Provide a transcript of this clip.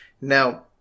Now